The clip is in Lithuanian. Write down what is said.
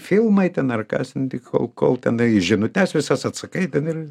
filmai ten ar kas nu tai kol kol tenai į žinutes visas atsakai ten ir